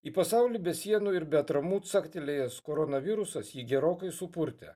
į pasaulį be sienų ir be atramų caktelėjęs koronavirusas jį gerokai supurtė